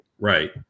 Right